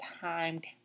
timed